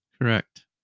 Correct